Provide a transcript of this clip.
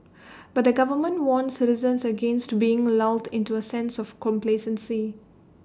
but the government warned citizens against being lulled into A sense of complacency